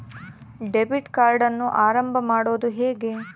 Debit ಕಾರ್ಡನ್ನು ಆರಂಭ ಮಾಡೋದು ಹೇಗೆ?